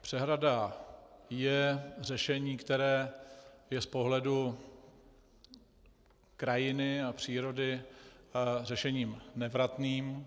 Přehrada je řešení, které je z pohledu krajiny a přírody řešením nevratným.